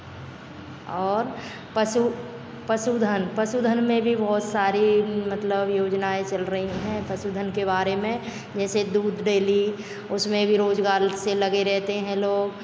और पशु पशु धन पशु धन में भी बहुत सारी मतलब योजनाएँ चल रही हैं पशु धन के बारे में जैसे दूध डेली उसमें भी रोजगार से लगे रहते हैं लोग